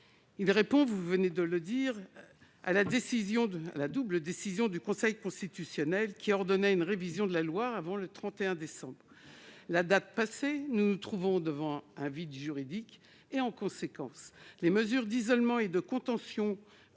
la rapporteure pour avis, à la double décision du Conseil constitutionnel, qui ordonnait une révision de la loi avant le 31 décembre 2021. La date passée, nous nous trouvons face à un vide juridique. En conséquence, les mesures d'isolement et de contention ordonnées